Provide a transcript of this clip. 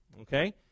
Okay